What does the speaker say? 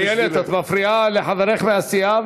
איילת, את מפריעה לחברך מהסיעה,